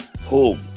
home